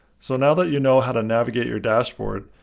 so now that you know how to navigate your dashboard,